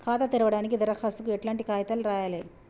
ఖాతా తెరవడానికి దరఖాస్తుకు ఎట్లాంటి కాయితాలు రాయాలే?